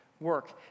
work